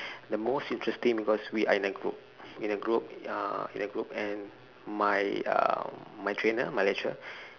the most interesting because we are in the group in the group uh in the group and my uh my trainer my lecturer